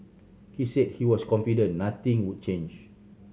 he said he was confident nothing would change